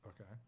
Okay